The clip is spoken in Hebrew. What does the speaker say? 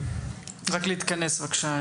להתכנס בבקשה.